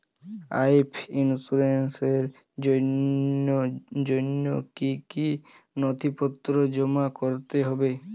Life ইন্সুরেন্সর জন্য জন্য কি কি নথিপত্র জমা করতে হবে?